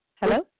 hello